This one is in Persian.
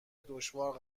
دشوار